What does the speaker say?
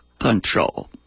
control